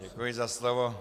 Děkuji za slovo.